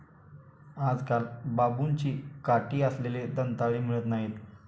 आजकाल बांबूची काठी असलेले दंताळे मिळत नाहीत